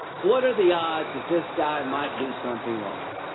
what are the odds this guy might do something wrong?